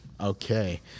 okay